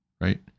right